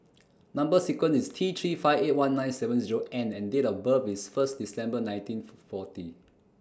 Number sequence IS T three five eight one nine seven Zero N and Date of birth IS First December nineteen forty